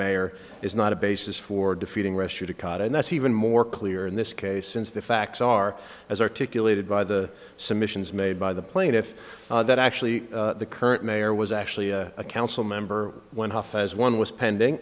mayor is not a basis for defeating wrester to caught and that's even more clear in this case since the facts are as articulated by the submissions made by the plaintiff that actually the current mayor was actually a council member when hafez one was pending